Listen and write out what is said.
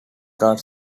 guard